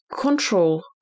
control